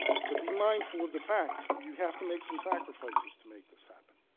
so, be mindful of the fact, you have to make some sacrifices to make this happen.